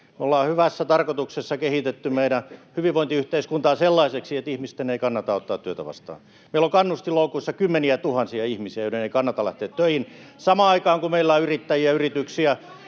Ollaan hyvässä tarkoituksessa kehitetty meidän hyvinvointiyhteiskuntaa sellaiseksi, että ihmisten ei kannata ottaa työtä vastaan. Meillä on kannustinloukuissa kymmeniätuhansia ihmisiä, joiden ei kannata lähteä töihin — samaan aikaan, kun meillä on yrityksiä ja julkista